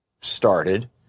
started